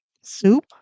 soup